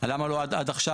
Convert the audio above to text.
אבל למה לא עד עכשיו?